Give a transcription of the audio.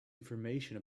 information